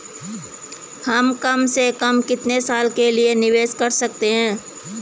हम कम से कम कितने साल के लिए निवेश कर सकते हैं?